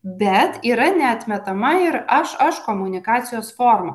bet yra neatmetama ir aš aš komunikacijos forma